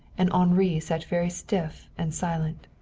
and henri sat very stiff and silent.